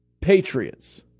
Patriots